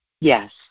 Yes